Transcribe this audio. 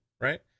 right